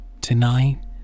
Tonight